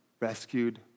rescued